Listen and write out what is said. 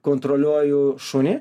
kontroliuoju šunį